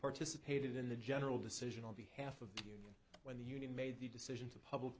participated in the general decision on behalf of the year when the union made the decision to public